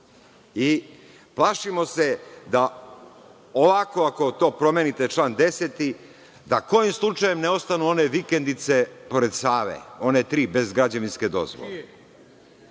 Plašimo se da ovako ako to promenite član 10. da kojim slučajem ne ostanu one vikendice pored Save. One tri, bez građevinske dozvole. Postoji